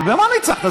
אבל במה ניצחת?